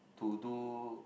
to do